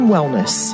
Wellness